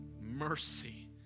mercy